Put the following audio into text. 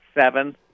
seven